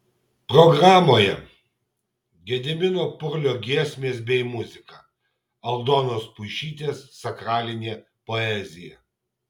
programoje gedimino purlio giesmės bei muzika aldonos puišytės sakralinė poezija